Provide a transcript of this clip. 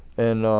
and